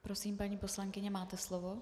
Prosím, paní poslankyně, máte slovo.